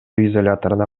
изоляторуна